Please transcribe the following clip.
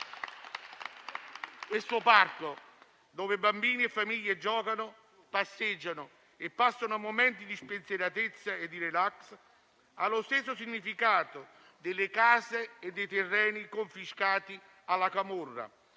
Questo parco, dove bambini e famiglie giocano, passeggiano e passano momenti di spensieratezza e di *relax* ha lo stesso significato delle case e dei terreni confiscati alla camorra